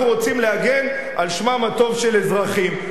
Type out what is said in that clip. אנחנו רוצים להגן על שמם הטוב של אזרחים.